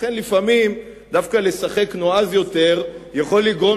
לכן לפעמים דווקא לשחק נועז יותר יכול לגרום